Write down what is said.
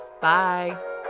Bye